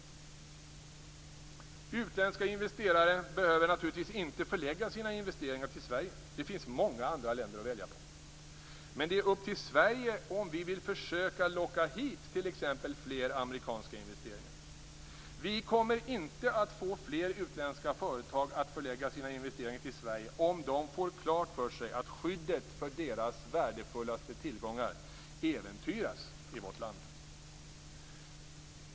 Utländska investerare behöver naturligtvis inte förlägga sina investeringar till Sverige. Det finns många andra länder att välja på. Men det är upp till oss i Sverige om vi vill försöka locka hit t.ex. fler amerikanska investeringar. Vi kommer inte att få fler utländska företag att förlägga sina investeringar till Sverige om de får klart för sig att skyddet för deras värdefullaste tillgångar äventyras i vårt land.